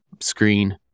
screen